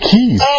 Keys